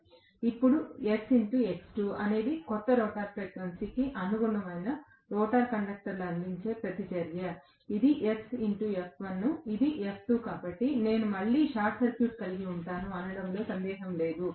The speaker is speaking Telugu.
ఇప్పుడు sX2 అనేది కొత్త రోటర్ ఫ్రీక్వెన్సీకి అనుగుణమైన రోటర్ కండక్టర్లు అందించే ప్రతిచర్య ఇది sf1 ఇది f2 కాబట్టి ఇప్పుడు నేను మళ్ళీ షార్ట్ సర్క్యూట్ కలిగి ఉంటాను అనడంలో సందేహం లేదు